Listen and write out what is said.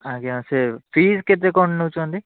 ଆଜ୍ଞା ସେ ଫିସ୍ କେତେ କ'ଣ ନଉଛନ୍ତି